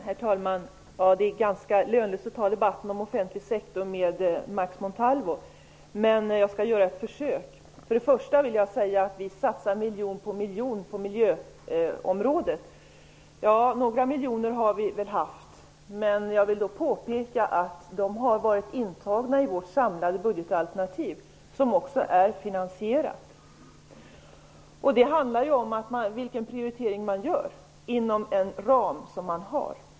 Herr talman! Det är ganska lönlöst att ta debatt om offentlig sektor med Max Montalvo. Men jag skall göra ett försök. Först och främst vill jag ta upp påståendet att vi skulle satsa miljon på miljon på miljöområdet. Ja, några miljoner har vi väl använt. Men jag vill påpeka att de har varit medtagna i vårt samlade budgetalternativ, som också är finansierat. Det handlar om vilken prioritering man gör inom en ram som man har.